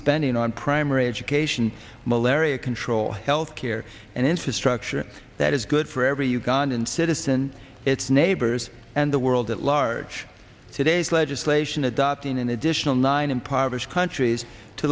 spending on primary education malaria control health care and infrastructure that is good for every ugandan citizen its neighbors and the world at large today's legislation adopting an additional nine impoverished countries to